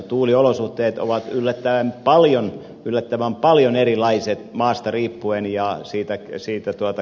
tuuliolosuhteet ovat yllättävän paljon yllättävän paljon erilaiset maasta riippuen ja siitä ei siitä tota